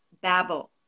Babel